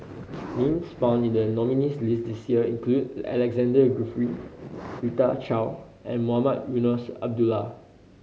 names found in the nominees' list this year include Alexander Guthrie Rita Chao and Mohamed Eunos Abdullah